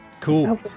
Cool